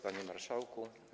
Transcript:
Panie Marszałku!